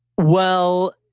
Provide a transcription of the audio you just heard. well,